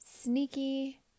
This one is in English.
Sneaky